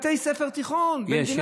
בתי ספר תיכון במדינת ישראל, יש,